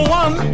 one